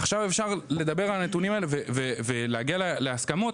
עכשיו אפשר לדבר על הנתונים האלה ולהגיע להסכמות,